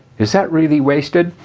is that really wasted?